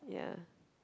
ya